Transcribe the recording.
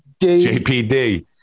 jpd